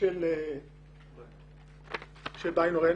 יוסף ביינהורן.